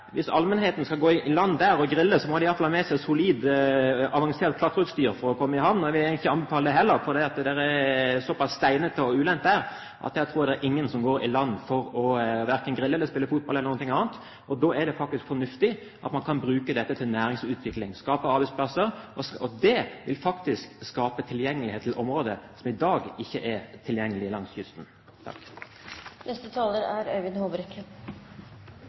hvis allmennheten skal gå i land der og grille, så må de i hvert fall ha med seg solid, avansert klatreutstyr for å komme i havn. Jeg vil ikke anbefale det heller, for det er såpass steinete og ulendt at jeg ikke tror det er noen som går i land der for verken å grille eller spille fotball eller noe annet. Da er det fornuftig at man kan bruke disse områdene til næringsutvikling – skape arbeidsplasser. Det vil faktisk skape tilgjengelighet til områder som i dag ikke er tilgjengelige langs kysten.